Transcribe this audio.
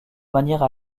manière